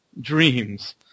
dreams